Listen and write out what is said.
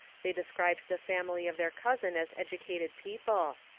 they described the family of their cousin as educated people.